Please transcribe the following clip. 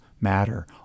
matter